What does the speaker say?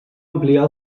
ampliar